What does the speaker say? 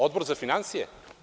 Odbor za finansije?